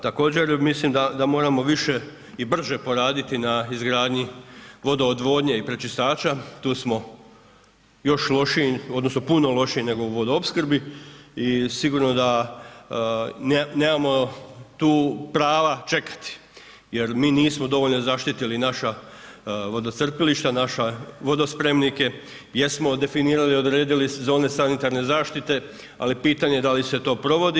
Također, mislim da moramo više i brže poraditi na izgradnji vodoodvodnje i prečistača tu smo još lošiji odnosno puno lošiji nego u vodoopskrbi i sigurno da nemamo tu prava čekati, jer mi nismo dovoljno zaštitili naša vodocrpilišta, naša vodospremnike, jesmo definirali, odredili zone sanitarne zaštite, ali pitanje da li se to provodi.